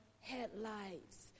headlights